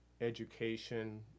education